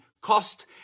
cost